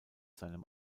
seinem